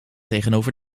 tegenover